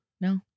No